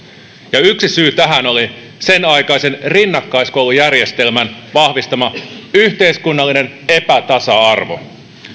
ja yksi syy tähän oli senaikaisen rinnakkaiskoulujärjestelmän vahvistama yhteiskunnallinen epätasa arvo